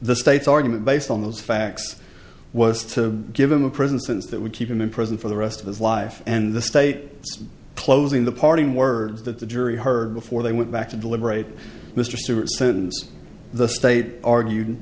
the state's argument based on those facts was to give him a prison since that would keep him in prison for the rest of his life and the state closing the parting words that the jury heard before they went back to deliberate mr stewart sentence the state argued